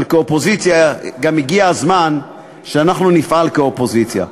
אבל כאופוזיציה גם הגיע הזמן שאנחנו נפעל כאופוזיציה.